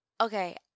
okay